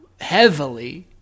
heavily